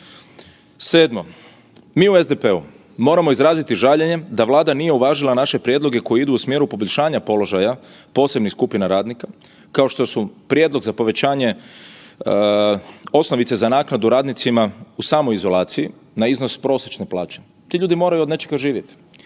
Sedmo, mi u SDP-u moramo izraziti žaljenje da Vlada nije uvažila naše prijedloge koji idu u smjeru poboljšanja položaja posebnih skupina radnika kao što su prijedlog za povećanje osnovice za naknadu radnicima u samoizolaciji na iznos prosječne plaće, ti ljudi moraju od nečega živjeti.